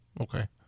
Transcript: okay